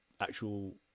actual